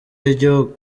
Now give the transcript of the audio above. y’igihugu